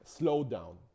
slowdown